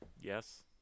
yes